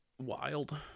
wild